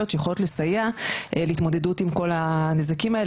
שיכולות לסייע להתמודדות על הנזקים האלה,